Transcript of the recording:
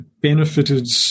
benefited